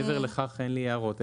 מעבר לכך אין לי הערות,